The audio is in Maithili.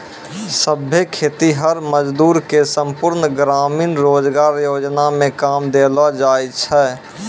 सभै खेतीहर मजदूर के संपूर्ण ग्रामीण रोजगार योजना मे काम देलो जाय छै